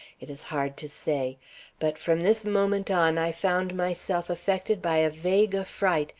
it is hard to say but from this moment on i found myself affected by a vague affright,